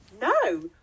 no